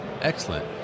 Excellent